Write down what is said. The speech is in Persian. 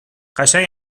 قشنگ